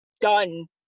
done